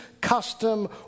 custom